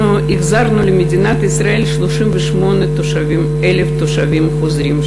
אנחנו החזרנו למדינת ישראל 38,000 תושבים חוזרים,